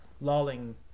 Lolling